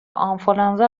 آنفلوانزا